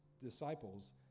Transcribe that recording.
disciples